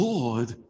Lord